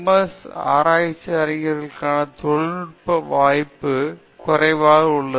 S ஆராய்ச்சி அறிஞர்களுக்கான தொழில்துறை வாய்ப்பு குறைவாக இருந்தது